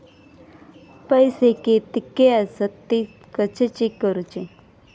पैसे कीतके आसत ते कशे चेक करूचे?